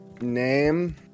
name